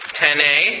10a